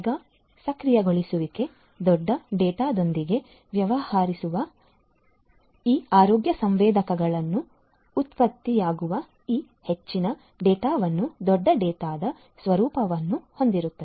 ಮೇಘ ಸಕ್ರಿಯಗೊಳಿಸುವಿಕೆ ದೊಡ್ಡ ಡೇಟಾದೊಂದಿಗೆ ವ್ಯವಹರಿಸುವುದು ಏಕೆಂದರೆ ಈ ಆರೋಗ್ಯ ಸಂವೇದಕಗಳಿಂದ ಉತ್ಪತ್ತಿಯಾಗುವ ಈ ಹೆಚ್ಚಿನ ಡೇಟಾವು ದೊಡ್ಡ ಡೇಟಾದ ಸ್ವರೂಪವನ್ನು ಹೊಂದಿರುತ್ತದೆ